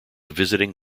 visiting